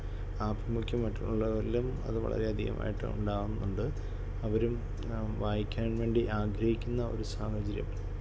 ആഭിമുഖ്യമായിട്ടുള്ളവരിലും അത് വളരെയധികം ആയിട്ട് ഉണ്ടാവുന്നുണ്ട് അവരും വായിക്കാൻ വേണ്ടി ആഗ്രഹിക്കുന്ന ഒരു സാഹചര്യം